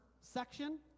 section